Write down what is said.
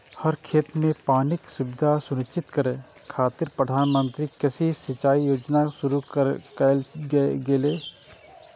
हर खेत कें पानिक सुविधा सुनिश्चित करै खातिर प्रधानमंत्री कृषि सिंचाइ योजना शुरू कैल गेलै